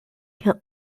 can